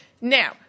Now